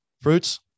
fruits